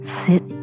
sit